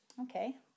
Okay